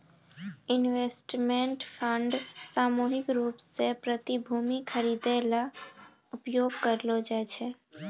investment fund सामूहिक रूप सें प्रतिभूति खरिदै ल उपयोग करलो जाय छै